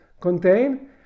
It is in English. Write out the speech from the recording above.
contain